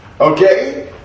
Okay